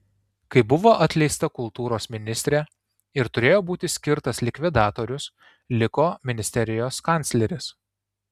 kai buvo atleista kultūros ministrė ir turėjo būti skirtas likvidatorius liko ministerijos kancleris